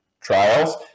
trials